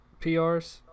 PRs